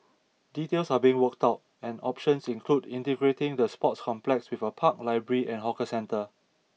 details are being worked out and options include integrating the sports complex with a park library and hawker centre